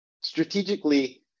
strategically